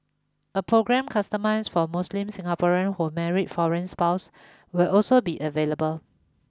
a programme customised for Muslim Singaporeans who marry foreign spouses will also be available